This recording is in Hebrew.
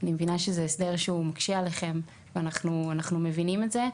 אני מבינה שזה הסדר שהוא מקשה עליכם ואנחנו מבינים את זה,